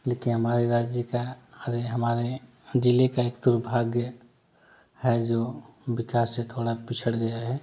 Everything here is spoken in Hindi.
लेकिन हमारे राज्य का अरे हमारे ज़िले का एक दुर्भाग्य है जो विकास से थोड़ा पिछड़ गया है